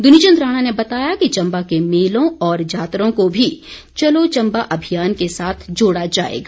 दुनीचंद राणा ने बताया कि चंबा के मेलों और जातरों को भी चलो चंबा अभियान के साथ जोड़ा जाएगा